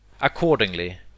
Accordingly